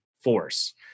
force